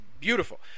beautiful